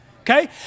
Okay